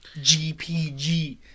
GPG